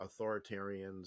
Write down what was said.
authoritarians